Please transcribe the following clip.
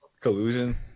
collusion